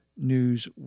news